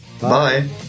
Bye